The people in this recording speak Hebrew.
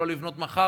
לא לבנות מחר,